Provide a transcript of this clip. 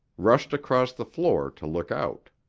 rushed across the floor to look out.